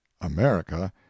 america